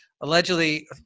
Allegedly